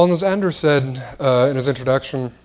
um as andrew said in his introduction,